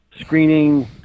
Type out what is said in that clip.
screening